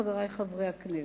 חברי חברי הכנסת,